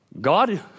God